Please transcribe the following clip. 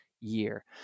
year